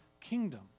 kingdom